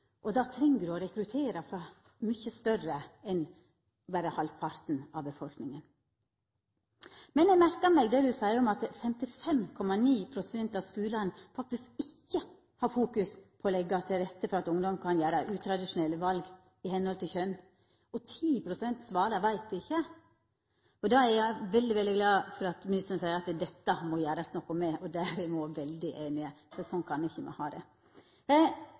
og da treng ein å rekruttera frå mykje meir enn berre halvparten av befolkninga. Men eg merkar meg det ho seier, at 55,9 pst. av skulane ikkje fokuserer på å leggja til rette for at ungdommar kan gjera utradisjonelle val etter kjønn, og at 10 pst. svarar «veit ikkje». Eg er veldig glad for at ministeren seier at dette må det gjerast noko med. Her er me òg veldig einige, for sånn kan me ikkje ha det.